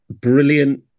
brilliant